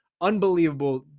unbelievable